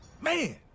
man